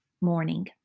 morning